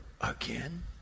again